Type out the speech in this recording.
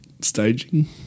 staging –